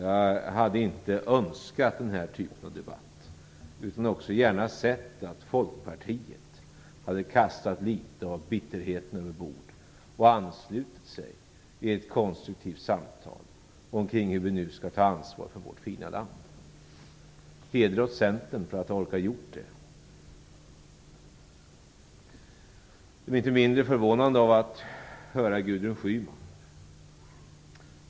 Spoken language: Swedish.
Jag hade inte önskat den här typen av debatt, utan jag skulle gärna ha sett att också Folkpartiet hade kastat litet av bitterheten över bord och anslutit sig i ett konstruktivt samtal om hur vi nu skall ta ansvar för vårt fina land. Heder åt Centern för att ha orkat göra det! Jag blir inte mindre förvånad när jag hör Gudrun Schyman.